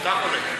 אתה חולק.